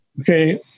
Okay